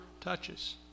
touches